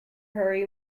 hurry